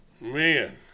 Man